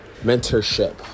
mentorship